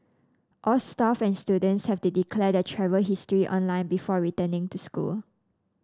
all staff and students have to declare their travel history online before returning to school